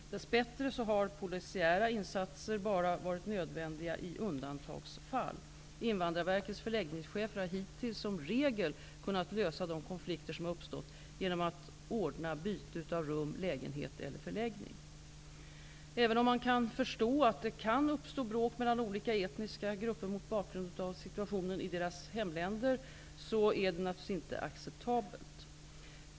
Dess bättre har polisiära insatser bara varit nödvändiga i undantagsfall. Invandrarverkets förläggningschefer har hittills som regel kunnat lösa de konflikter som har uppstått genom att ordna byte av rum, lägenhet eller förläggning. Även om man kan förstå att det kan uppstå bråk mellan olika etniska grupper, mot bakgrund av situationen i deras hemländer, är det naturligtvis inte acceptabelt.